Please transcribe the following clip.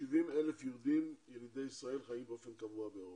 70,000 יהודים ילידי ישראל חיים באופן קבוע באירופה.